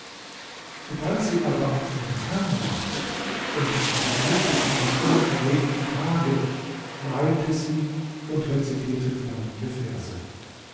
sobald sie aber an ihren herrn dachte und an die glücklichen mit ihm verlebten tage weinte sie und recitierte folgende verse